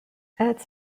its